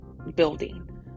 building